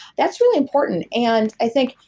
that's really important and i think,